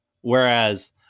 Whereas